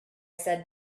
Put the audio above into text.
said